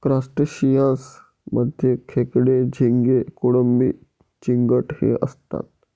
crustaceans मध्ये खेकडे, झिंगे, कोळंबी, चिंगट हे असतात